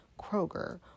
Kroger